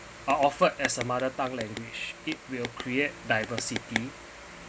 are offered as a mother tongue language it will create diversity